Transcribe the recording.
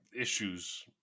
issues